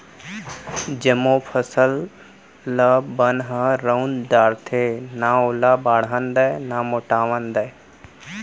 जमो फसल ल बन ह रउंद डारथे, न ओला बाढ़न दय न मोटावन दय